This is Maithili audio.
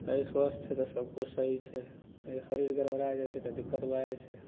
शरीर स्वस्थ छै तऽ सबकिछु सही छै जे शरीर गड़बड़ा जाइ छै तऽ दिक्कत भए जाइ छै